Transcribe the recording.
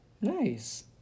nice